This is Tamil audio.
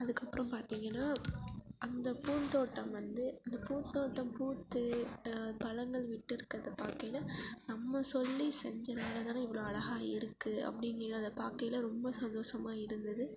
அதுக்கப்புறம் பார்த்தீங்கன்னா அந்த பூந்தோட்டம் வந்து அந்த பூந்தோட்டம் பூத்து பழங்கள் விட்டிருக்குறத பார்க்கையில நம்ம சொல்லி செஞ்சனாலே தான இவ்வளோ அழகா இருக்குது அப்படிங்கையில அதை பார்க்கையில ரொம்ப சந்தோஷமா இருந்தது